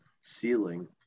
ceiling